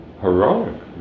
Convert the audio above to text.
heroic